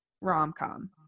rom-com